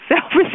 selfish